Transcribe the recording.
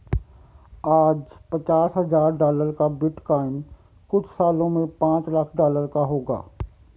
आज पचास हजार डॉलर का बिटकॉइन कुछ सालों में पांच लाख डॉलर का होगा